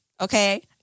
Okay